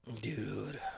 Dude